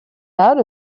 out